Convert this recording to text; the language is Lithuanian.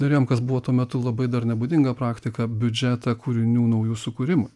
norėjom kas buvo tuo metu labai dar nebūdinga praktika biudžetą kūrinių naujų sukūrimui